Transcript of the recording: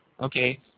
Okay